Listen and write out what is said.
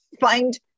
find